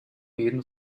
jeden